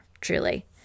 truly